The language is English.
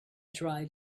dried